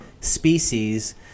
species